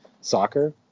soccer